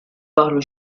parlent